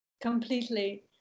Completely